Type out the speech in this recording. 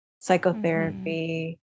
psychotherapy